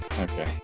Okay